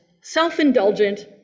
self-indulgent